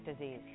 disease